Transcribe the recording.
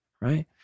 right